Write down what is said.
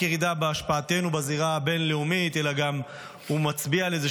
בחזית החקלאות טכנולוגיות חכמות מאפשרות